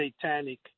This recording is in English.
satanic